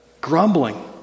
grumbling